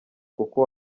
kuko